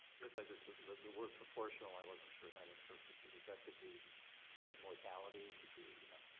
guess i just. the word proportional, i wasn't sure how to interpret, because that could be mortality. it could be, you know,